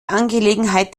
angelegenheit